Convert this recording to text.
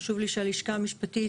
חשוב לי שהלשכה המשפטית,